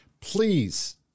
please